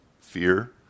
fear